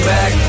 Back